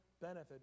benefit